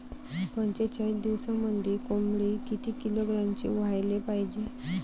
पंचेचाळीस दिवसामंदी कोंबडी किती किलोग्रॅमची व्हायले पाहीजे?